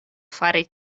fari